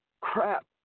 crap